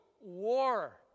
war